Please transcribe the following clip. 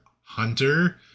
Hunter